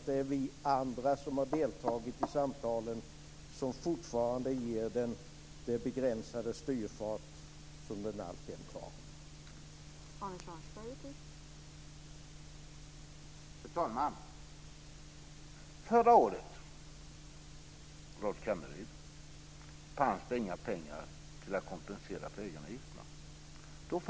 Det är vi andra som har deltagit i samtalen som fortfarande bidrar till den begränsade styrfart som skattesamtalen alltjämt har.